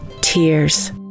tears